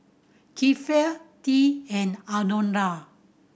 Kiefer Tea and Alondra